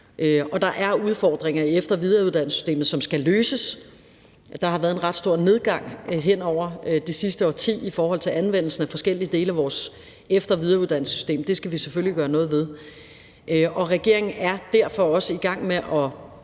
Der er udfordringer i efter- og videreuddannelsessystemet, som skal løses. Der har været en ret stor nedgang hen over det sidste årti i forhold til anvendelsen af forskellige dele af vores efter- og videreuddannelsessystem, og det skal vi selvfølgelig gøre noget ved. Regeringen er derfor også både i gang med at